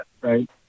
right